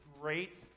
great